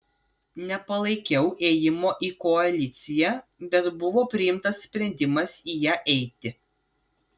nepalaikiau ėjimo į koaliciją bet buvo priimtas sprendimas į ją eiti